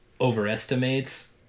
overestimates